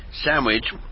Sandwich